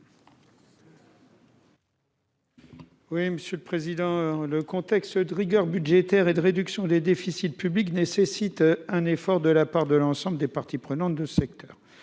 n° 355 rectifié. Le contexte de rigueur budgétaire et de réduction des déficits publics nécessite un effort de la part de l'ensemble des parties prenantes du secteur.